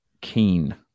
keen